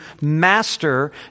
master